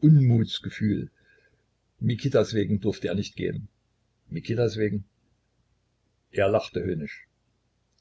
unmutsgefühl mikitas wegen durfte er nicht gehen mikitas wegen er lachte höhnisch